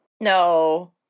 No